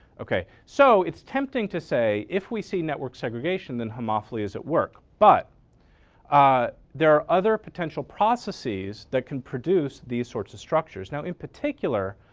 ok. so it's tempting to say, if we see network segregation then homophily is at work but there are other potential processes that can produce these sorts of structures. now in particular,